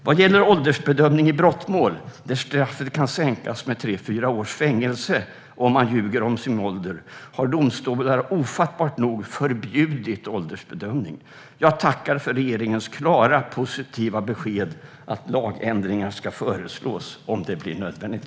Vad gäller åldersbedömning i brottmål där fängelsestraffet kan sänkas med tre fyra år om man ljuger om sin ålder har domstolar ofattbart nog förbjudit åldersbedömning. Jag tackar för regeringens klara och positiva besked om att lagändringar ska föreslås om det blir nödvändigt.